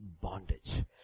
bondage